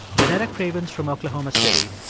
janetta cravens from oklahoma city,